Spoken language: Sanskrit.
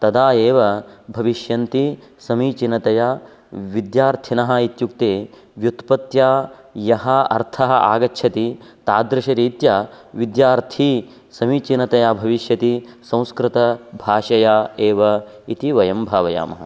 तदा एव भविष्यन्ति समीचीनतया विद्यार्थिनः इत्युक्ते व्युत्पत्याः यः अर्थः आगच्छति तादृशरीत्या विद्यार्थी समीचीनतया भविष्यति संस्कृतभाषया एव इति वयं भावयामः